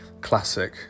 classic